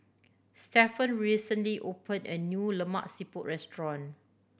Stephen recently opened a new Lemak Siput restaurant